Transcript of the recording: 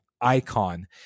icon